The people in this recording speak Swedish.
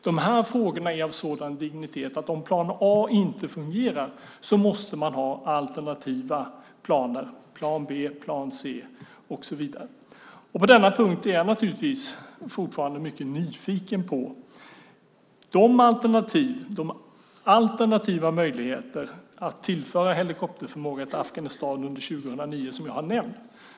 De här frågorna är av sådan dignitet att om plan A inte fungerar måste man ha alternativa planer - plan B, plan C och så vidare. Och på denna punkt är jag naturligtvis fortfarande mycket nyfiken på de alternativa möjligheterna att tillföra helikopterförmåga till Afghanistan under 2009 som jag har nämnt.